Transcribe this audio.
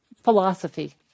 philosophy